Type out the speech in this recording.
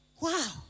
Wow